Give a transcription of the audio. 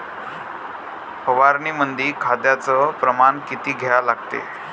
फवारनीमंदी खताचं प्रमान किती घ्या लागते?